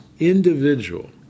Individual